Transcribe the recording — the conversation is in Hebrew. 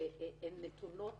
נתונות